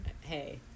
Hey